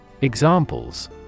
Examples